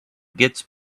gets